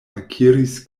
akiris